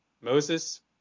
Moses